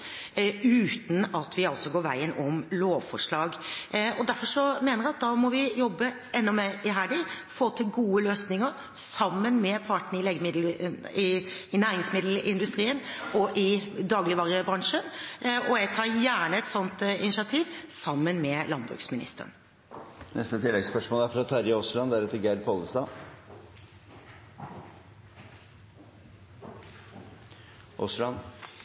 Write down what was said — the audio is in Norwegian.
uten at vi går veien om lovforslag. Derfor mener jeg at vi må jobbe enda mer iherdig og få til gode løsninger sammen med partene i næringsmiddelindustrien og dagligvarebransjen. Jeg tar gjerne et sånt initiativ sammen med landbruksministeren. Terje Aasland – til oppfølgingsspørsmål. Det viktigste her er